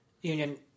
union